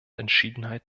entschiedenheit